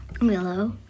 Willow